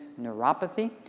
neuropathy